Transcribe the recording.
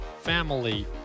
Family